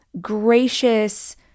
gracious